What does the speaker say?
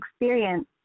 experience